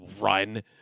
run